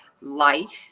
life